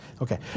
Okay